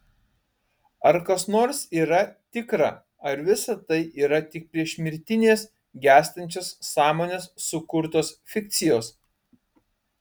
ar kas nors yra tikra ar visa tai yra tik priešmirtinės gęstančios sąmonės sukurtos fikcijos